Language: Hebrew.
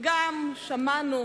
וגם שמענו